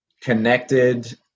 connected